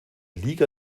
liga